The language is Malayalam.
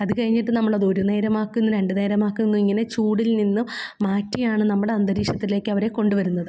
അത് കഴിഞ്ഞിട്ട് നമ്മളതൊരു നേരമാക്കുന്നു രണ്ട് നേരമാക്കുന്നിങ്ങനെ ചൂടിൽ നിന്നും മാറ്റിയാണ് നമ്മടന്തരീക്ഷത്തിലേക്കവരെ കൊണ്ടുവരുന്നത്